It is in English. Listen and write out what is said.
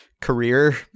career